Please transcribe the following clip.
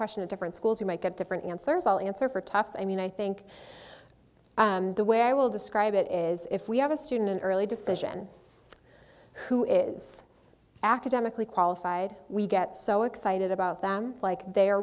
question to different schools you might get different answers all answer for tough so i mean i think the way i will describe it is if we have a student in early decision who is academically qualified we get so excited about them like they are